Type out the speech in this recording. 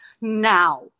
now